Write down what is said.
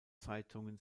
zeitungen